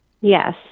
Yes